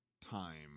time